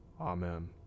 Amen